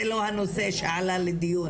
זה לא הנושא שעלה לדיון,